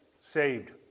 Saved